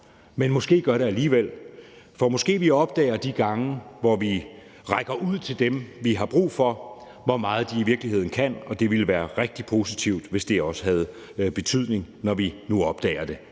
men måske gør det alligevel. For måske opdager vi de gange, hvor vi rækker ud til dem, vi har brug for, hvor meget de i virkeligheden kan, og det ville være rigtig positivt, hvis det, når vi nu har opdaget det,